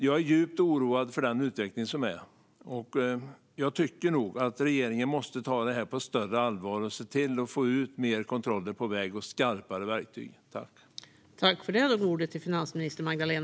Jag är djupt oroad över den utveckling som sker, och jag tycker att regeringen måste ta detta på större allvar och se till att få ut mer kontroller och skarpare verktyg på vägarna.